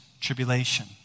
tribulation